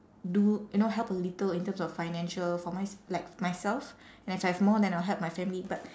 do you know help a little in terms of financial for mys~ like for myself and if I have more then I'll help my family but